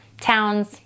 towns